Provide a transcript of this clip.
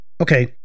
Okay